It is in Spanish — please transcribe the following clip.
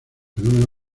fenómeno